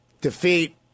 defeat